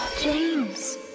James